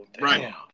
Right